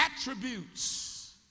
attributes